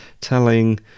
telling